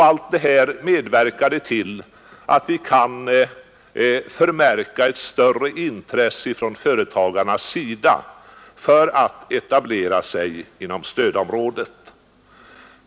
Allt detta medverkade till att vi nu kan märka ett större intresse från företagarna för att etablera sig inom stödområdet.